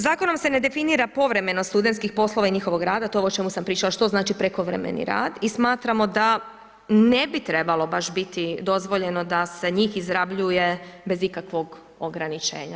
Zakonom se ne definira povremeno studentskih poslova i njihovog rada to ovo o čemu sam pričala što znači prekovremeni rad i smatramo da ne bi trebalo baš biti dozvoljeno da se njih izrabljuje bez ikakvog ograničenja.